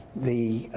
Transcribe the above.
the,